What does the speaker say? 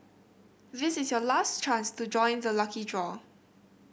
this is your last chance to join the lucky draw